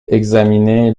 examiné